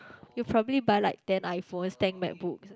you will probably buy like ten iPhones ten MacBooks uh